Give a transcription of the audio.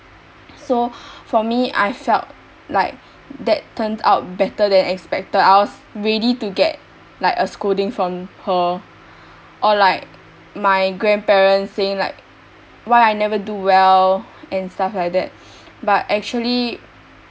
so for me I felt like that turned out better than expected I was ready to get like a scolding from her or like my grandparents saying like why I never do well and stuff like that but actually